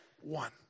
one